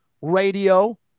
Radio